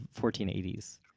1480s